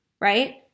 right